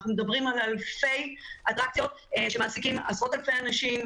אנחנו מדברים על אלפי אטרקציות שמעסיקים עשרות אלפי אנשים